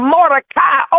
Mordecai